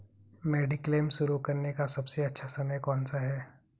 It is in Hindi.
मेडिक्लेम शुरू करने का सबसे अच्छा समय कौनसा है?